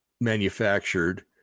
manufactured